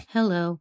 Hello